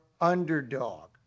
underdog